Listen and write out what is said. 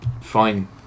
fine